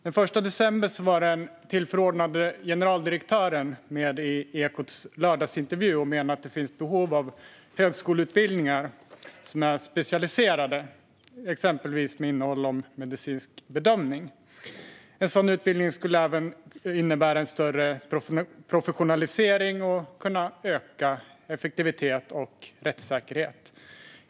Den 1 december var den tillförordnade generaldirektören med i Ekots lördagsintervju och menade att det finns behov av högskoleutbildningar som är specialiserade, exempelvis med innehåll om medicinsk bedömning. En sådan utbildning skulle även innebära en större professionalisering och skulle kunna öka effektivitet och rättssäkerhet.